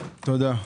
תודה.